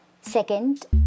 Second